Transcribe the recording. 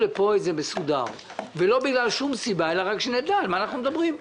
לפה מסודר, כדי שנדע על מה אנחנו מדברים.